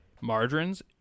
Margarine's